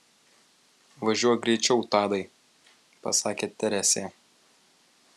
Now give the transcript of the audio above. važiuok greičiau tadai pasakė teresė